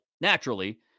naturally